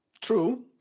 True